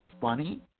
funny